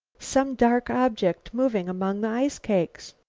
some dark object moving among the ice-cakes.